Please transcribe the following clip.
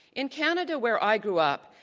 in canada where i grew up,